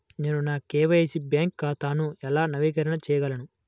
నేను నా KYC bank ఖాతాను ఎలా నవీకరణ చేయగలను?